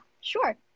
sure